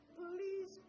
please